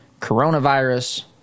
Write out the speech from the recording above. coronavirus